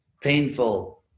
painful